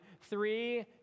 three